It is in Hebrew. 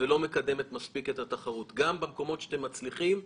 אני לא בא ומלין על מהלך שהיה חשוב דאז,